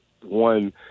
one